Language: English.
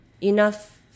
enough